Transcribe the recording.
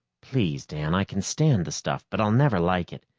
please, dan. i can stand the stuff, but i'll never like it,